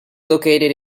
located